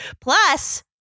Plus